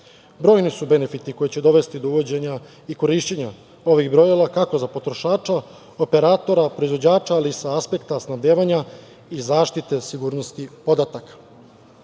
Brojni su benefiti koji će dovesti do uvođenja i korišćenja ovih brojila kako za potrošača, operatora, proizvođača ali sa aspekta snabdevanja i zaštite sigurnosti podataka. Ono